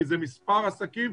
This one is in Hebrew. כי זה מספר עסקים,